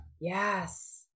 Yes